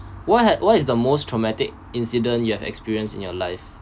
what had what is the most traumatic incident you have experienced in your life